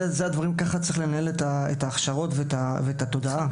כך צריך לנהל את ההכשרות ואת התודעה.